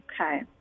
Okay